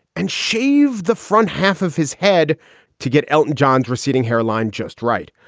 and shave the front half of his head to get elton john's receding hairline just right.